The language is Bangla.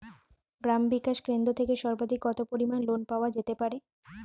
গ্রাম বিকাশ কেন্দ্র থেকে সর্বাধিক কত পরিমান লোন পাওয়া যেতে পারে?